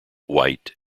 white